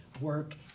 work